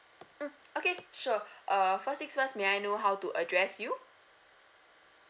mm okay sure err first thing first may I know how to address you